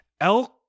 elk